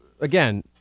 again